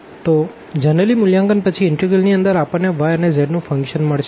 તો જનરલી મૂલ્યાંકન પછી ઇનટેગ્રલ ની અંદર આપણને y અને z નું ફંક્શન મળશે